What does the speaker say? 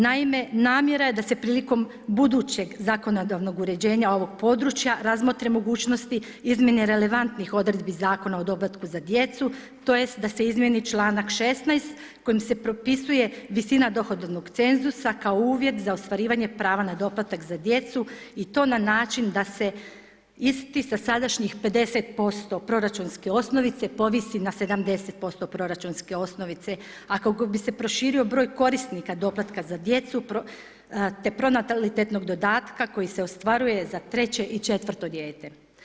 Naime, namjera je da se prilikom budućeg zakonodavnog uređenja ovog područja razmotre mogućnosti izmjene relevantnih odredbi Zakona o doplatku za djecu tj. da se izmjeni članak 16. kojim se propisuje visina dohodovnog cenzusa kao uvjet za ostvarivanje prava na doplatak za djecu i to na način da se isti sa sadašnjih 50% proračunske osnovice povisi na 70% proračunske osnovice ako bi se proširio broj korisnika doplatka za djecu te pronatalitetnog dodatka koji se ostvaruje za treće i četvrto dijete.